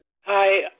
Hi